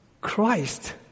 Christ